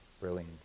brilliant